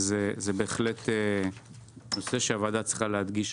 זה בהחלט נושא שהוועדה צריכה להדגיש.